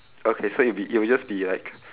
okay so it'll be it'll just be like